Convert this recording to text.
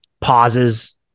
pauses